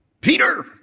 Peter